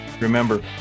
Remember